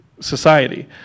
society